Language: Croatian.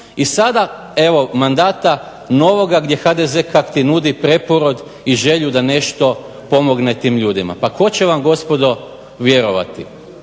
I sada evo mandata novoga gdje HDZ nudi preporod i želju da nešto pomogne tim ljudima. Pa tko će vam gospodo vjerovati?